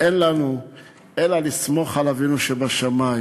אין לנו אלא לסמוך על אבינו שבשמים.